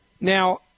Now